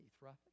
right